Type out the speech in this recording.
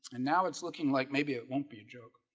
and now it's looking like maybe it won't be a joke